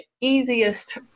easiest